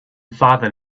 father